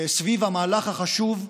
סביב המהלך החשוב,